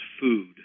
food